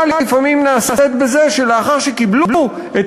לפעמים ההפליה נעשית בכך שלאחר שקיבלו את